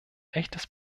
echtes